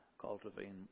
cultivating